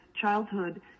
childhood